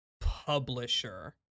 publisher